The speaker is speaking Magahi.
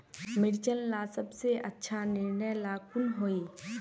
मिर्चन ला सबसे अच्छा निर्णय ला कुन होई?